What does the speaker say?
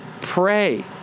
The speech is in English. pray